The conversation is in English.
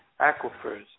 aquifers